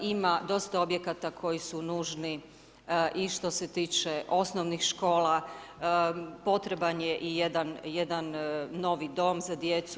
Ima dosta objekata koji su nužni i što se tiče osnovnih škola potreban je jedan novi dom za djecu.